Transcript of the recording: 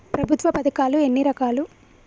ప్రభుత్వ పథకాలు ఎన్ని రకాలు?